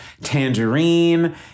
Tangerine